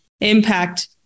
impact